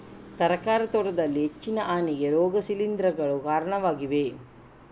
ತರಕಾರಿ ತೋಟದಲ್ಲಿ ಹೆಚ್ಚಿನ ಹಾನಿಗೆ ರೋಗ ಶಿಲೀಂಧ್ರಗಳು ಕಾರಣವಾಗಿವೆ